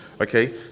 Okay